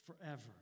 forever